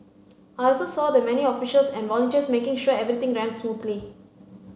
I also saw the many officials and volunteers making sure everything ran smoothly